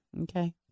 Okay